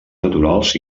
naturals